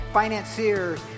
financiers